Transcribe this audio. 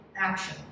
action